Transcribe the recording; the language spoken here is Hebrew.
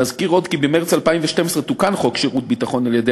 נזכיר עוד כי במרס 2012 תוקן חוק שירות ביטחון על-ידי